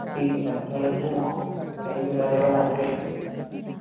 ठीक है sir thank you sir thank you sir have a nice day